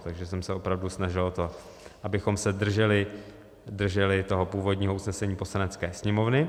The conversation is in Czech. Takže jsem se opravdu snažil o to, abychom se drželi toho původního usnesení Poslanecké sněmovny.